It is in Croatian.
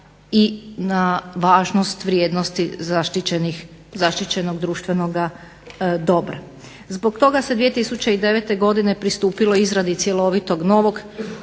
i na važnost vrijednosti zaštićenog društvenoga dobra. Zbog toga se 2009. godine pristupilo izradi cjelovitog novog